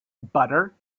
butter